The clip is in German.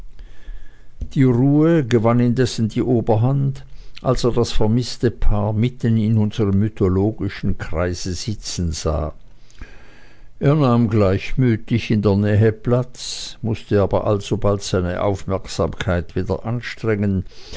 die ruhe gewann indessen die oberhand als er das vermißte paar mitten in unserm mythologischen kreise sitzen sah er nahm gleichmütig in der nähe platz mußte aber alsobald seine aufmerksamkeit wieder anstrengen